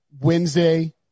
Wednesday